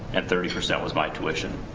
and thirty percent was my tuition,